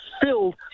filled